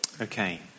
Okay